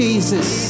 Jesus